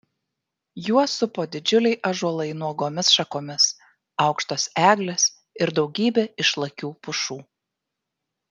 juos supo didžiuliai ąžuolai nuogomis šakomis aukštos eglės ir daugybė išlakių pušų